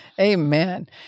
Amen